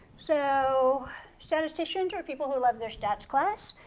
so statisticians are people who love their stats class.